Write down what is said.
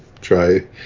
try